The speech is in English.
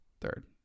Third